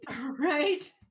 Right